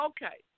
Okay